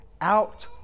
out